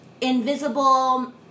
invisible